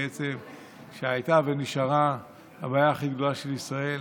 שמי שהייתה ונשארה הבעיה הכי גדולה של ישראל